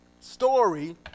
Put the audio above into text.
story